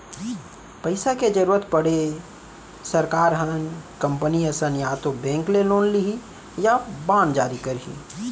पइसा के जरुरत पड़े सरकार ह कंपनी असन या तो बेंक ले लोन लिही या बांड जारी करही